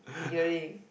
really